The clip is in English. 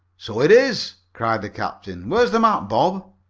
so it is! cried the captain. where is the map, bob?